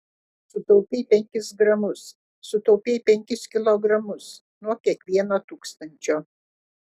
sutaupei penkis gramus sutaupei penkis kilogramus nuo kiekvieno tūkstančio